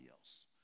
else